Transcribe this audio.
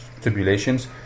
stipulations